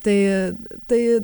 tai tai